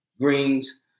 greens